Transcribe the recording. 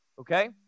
okay